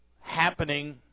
happening